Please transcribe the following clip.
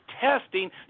testing